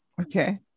Okay